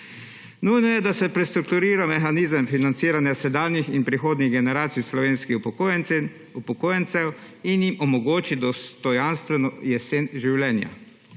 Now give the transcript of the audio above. Nujno je, da se prestrukturira mehanizem financiranja sedanjih in prihodnih generacij slovenskih upokojencev in jim omogoči dostojanstveno jesen življenja.